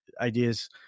ideas